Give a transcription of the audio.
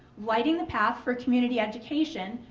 lighting the path for community education,